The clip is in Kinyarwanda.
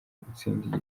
gutsinda